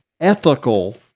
ethical